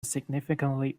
significantly